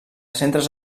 centres